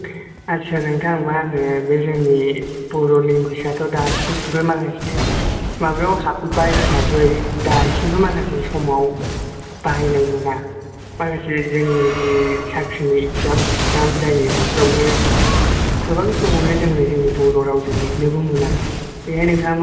आस्सा नोंथां मा होनो बे जोंनि बर' लेंगुवेजाथ' दासिमबो माने माबायाव हाब्बाय हिसाबै दासिमबो माखासे समाव बाहायनो मोना माखासे जोंनि जे साख्रिनि इक्जाम थिकजाम जायो बेफोरावबो गोबां समावनो जोङो जोंनि बर' रावजों लिरनोबो मोना बेखौ नोंथाङा मा बुंगोन